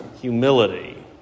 humility